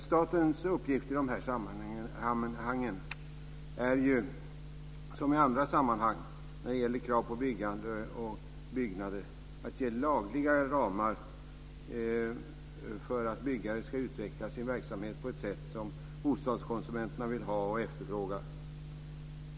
Statens uppgift i de här sammanhangen är ju, som i andra sammanhang när det gäller krav på byggande och byggnader, att ge lagliga ramar för att byggare ska utveckla sin verksamhet på ett sätt som bostadskonsumenterna vill ha och efterfrågar.